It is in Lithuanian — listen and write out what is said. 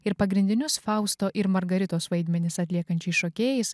ir pagrindinius fausto ir margaritos vaidmenis atliekančiais šokėjais